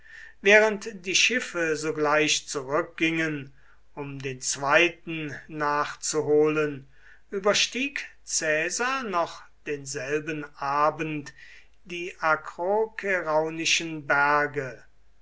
während die schiffe sogleich zurückgingen um den zweiten nachzuholen überstieg caesar noch denselben abend die akrokeraunischen berge